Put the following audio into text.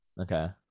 okay